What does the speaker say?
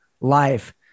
life